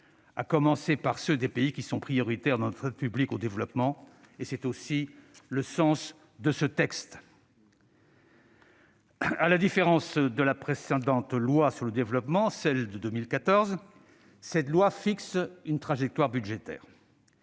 à commencer par ceux des pays qui sont prioritaires dans notre aide publique au développement (APD). C'est aussi le sens de ce texte. À la différence de la précédente loi sur le développement, celle de 2014, le présent texte fixe une trajectoire budgétaire.